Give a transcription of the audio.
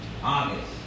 August